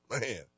man